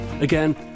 Again